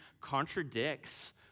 contradicts